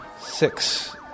Six